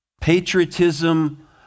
Patriotism